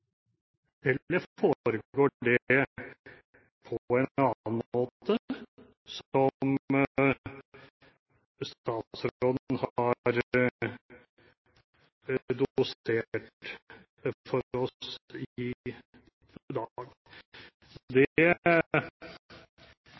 på en annen måte, som statsråden har dosert for oss i dag?